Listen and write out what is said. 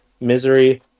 Misery